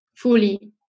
fully